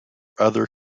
other